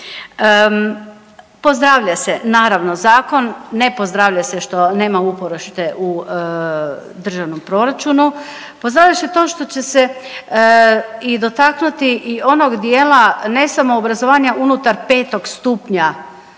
Pozdravlja se naravno zakon, ne pozdravlja se što nema uporište u državnom proračunu. Pozdravlja se to što će se i dotaknuti i onog dijela ne samo obrazovanja unutar petog stupnja